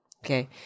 Okay